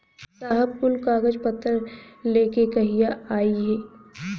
साहब कुल कागज पतर लेके कहिया आई?